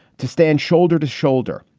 to stand shoulder to shoulder,